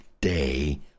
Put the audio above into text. day